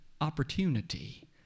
opportunity